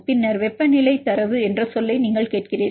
பின்னர் வெப்ப வெப்பநிலை தரவு என்ற சொல்லை நீங்கள் கேட்கிறீர்கள்